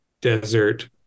desert